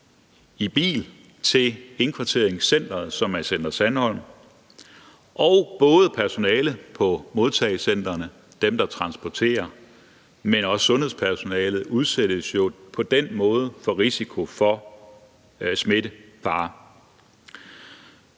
i bil til indkvarteringscenteret, som er Center Sandholm, og både personalet på modtagecentrene og dem, der transporterer, men også sundhedspersonalet, udsættes jo på den måde for risiko for smittefare.